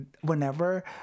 Whenever